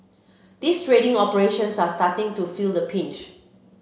these trading operations are starting to feel the pinch